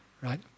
right